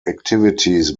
activities